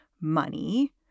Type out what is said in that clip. money